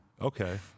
okay